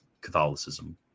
Catholicism